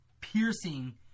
piercing